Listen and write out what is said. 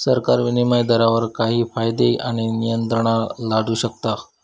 सरकार विनीमय दरावर काही मर्यादे आणि नियंत्रणा लादू शकता